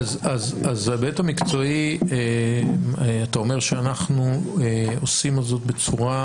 אז בהיבט המקצועי אתה אומר שאנחנו עושים את זה בצורה,